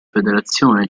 federazione